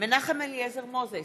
מנחם אליעזר מוזס,